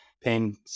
pain